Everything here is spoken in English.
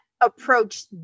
approach